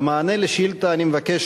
במענה על השאילתא אני מבקש,